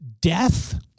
Death